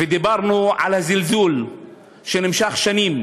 ודיברנו על הזלזול שנמשך שנים.